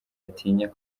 batinya